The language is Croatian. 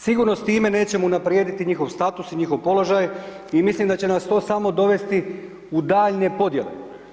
Sigurno s time nećemo unaprijediti njihov status i njihov položaj i mislim da će nas to samo dovesti u daljnje podijele.